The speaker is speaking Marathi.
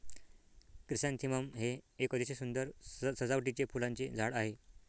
क्रिसॅन्थेमम हे एक अतिशय सुंदर सजावटीचे फुलांचे झाड आहे